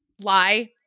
lie